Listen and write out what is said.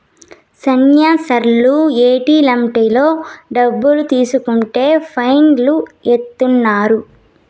శ్యానా సార్లు ఏటిఎంలలో డబ్బులు తీసుకుంటే ఫైన్ లు ఏత్తన్నారు